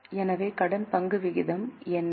எனவே கடன் பங்கு விகிதம் என்ன